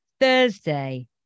Thursday